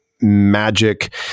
magic